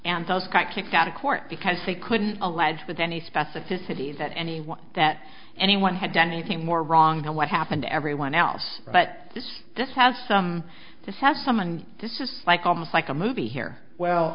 just got kicked out of court because they couldn't allege with any specificity that anyone that anyone had done anything more wrong you know what happened to everyone else but this this has some this has some and this is like almost like a movie here well